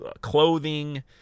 clothing